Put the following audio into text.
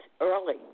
early